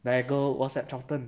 then I go whatsapp charlton